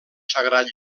sagrat